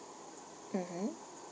mmhmm